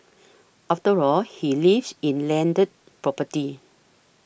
after all he lives in landed property